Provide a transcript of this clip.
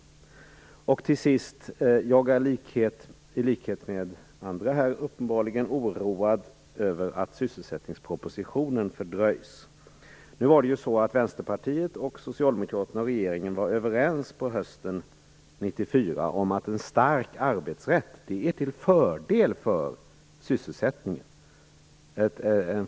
Till sist: Jag är i likhet med andra uppenbarligen oroad över att sysselsättningspropositionen fördröjs. 1994 om att en stark arbetsrätt är till fördel för sysselsättningen.